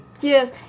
Yes